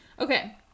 Okay